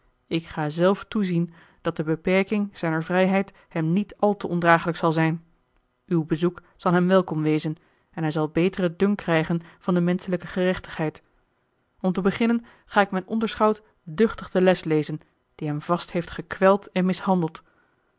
ik ga zelf toezien dat de beperking zijner vrijheid hem niet al te ondraaglijk zal a l g bosboom-toussaint de delftsche wonderdokter eel uw bezoek zal hem welkom wezen en hij zal beteren dunk krijgen van de menschelijke gerechtigheid om te beginnen ga ik mijn onderschout duchtig de les lezen die hem vast heeft gekweld en mishandeld